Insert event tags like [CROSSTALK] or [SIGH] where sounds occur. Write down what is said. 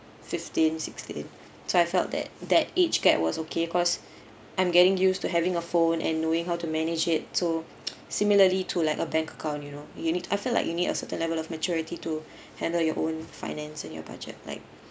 fifteen sixteen so I felt that that age gap was okay cause I'm getting used to having a phone and knowing how to manage it so [NOISE] similarly to like a bank account you know you need I feel like you need a certain level of maturity to [BREATH] handle your own finance and your budget like